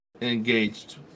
engaged